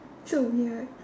show me here